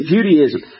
Judaism